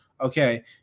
Okay